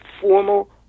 formal